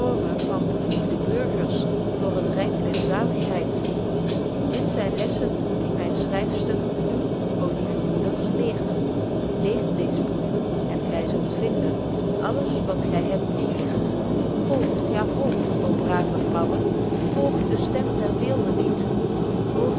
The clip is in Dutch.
van bevoegde burgers voor het ryk der zaligheid betje wolff proeve over de opvoeding dit zyn lessen die myn schryfster u ô lieve moeders leert leest deez proeve en gy zult vinden alles wat gy hebt begeert volgt ja volgt ô brave vrouwen volgt de stem der weelde niet